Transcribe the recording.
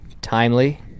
timely